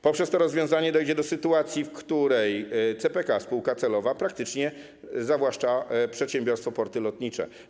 Poprzez to rozwiązanie dojdzie do sytuacji, w której CPK, spółka celowa, praktycznie zawłaszcza przedsiębiorstwo Porty Lotnicze.